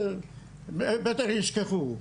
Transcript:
בטח ישכחו.